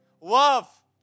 love